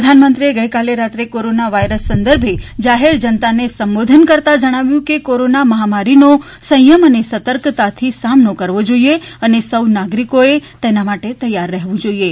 પ્રધાનમંત્રીએ ગઇકાલે રાત્રે કોરોના વાયરસ સંદર્ભે જાહેર જનતાને સંબોધન કરતા જણાવ્યું હતુ કે કોરોના મહામારીનો સંથમ અને સતર્કતાથી સામનો કરવો જોઇએ અને સૌ નાગરીકોએ તેના માટે તૈયાર રહેવું જોઇએ